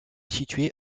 située